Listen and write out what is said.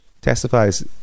testifies